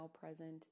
present